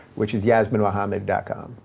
which is yasminemohammed ah com.